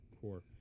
core